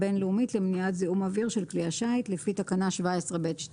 אוויר של כלי השיט לפי תקנה 17(ב)(2).